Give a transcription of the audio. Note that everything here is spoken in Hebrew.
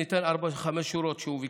ניתן ארבע-חמש שורות שהוא ביקש.